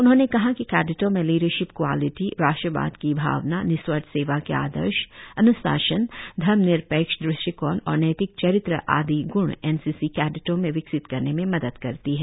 उन्होंने कहा कि कैडेटों में लीडरशिप क्वालिटी राष्ट्रवाद की भावना निस्वार्थ सेवा के आदर्श अन्शान धर्मनिरपेक्ष दृष्टिकोण और नैतिक चरित्र आदि ग्ण एन सी सी कैडेटों में विकसित करने में मदद करती है